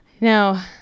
No